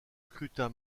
scrutin